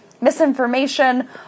misinformation